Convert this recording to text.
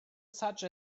such